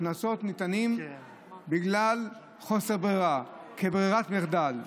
קנסות ניתנים בגלל חוסר ברירה, לא כברירת מחדל.